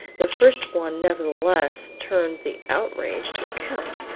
the first one nevertheless turned the outrage to account,